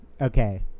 Okay